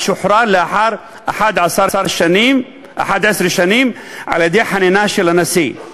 שוחרר לאחר 11 שנים על-ידי חנינה של הנשיא.